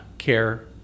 care